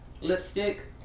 lipstick